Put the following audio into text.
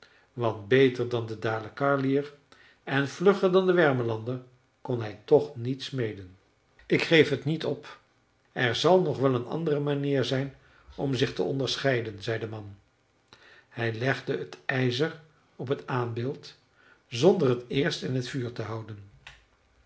want beter dan de dalecarliër en vlugger dan de wermelander kon hij toch niet smeden ik geef het niet op er zal nog wel een andere manier zijn om zich te onderscheiden zei de man hij legde het ijzer op het aanbeeld zonder het eerst in t vuur te houden